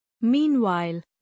Meanwhile